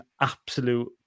absolute